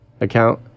account